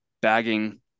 bagging